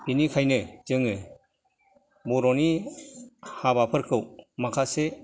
बेनिखायनो जोङो बर'नि हाबाफोरखौ माखासे